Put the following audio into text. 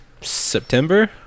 September